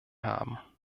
haben